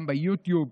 גם ביוטיוב,